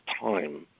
time